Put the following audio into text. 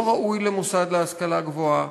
לא ראוי למוסד להשכלה גבוהה,